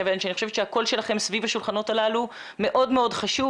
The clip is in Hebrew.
אני חושבת שהקול שלכם סביב השולחנות האלו מאוד מאוד חשוב